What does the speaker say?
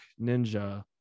ninja